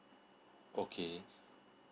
okay